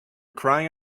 crying